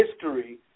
history